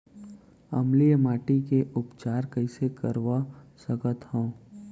अम्लीय माटी के उपचार कइसे करवा सकत हव?